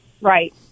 Right